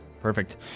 Perfect